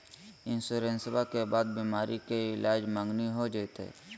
इंसोरेंसबा के बाद बीमारी के ईलाज मांगनी हो जयते?